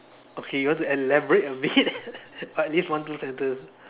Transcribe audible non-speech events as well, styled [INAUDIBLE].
okay you want to elaborate a bit [LAUGHS] at least one two sentence